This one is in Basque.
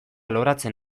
loratzen